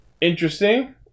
Interesting